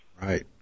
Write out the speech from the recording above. Right